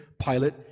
Pilate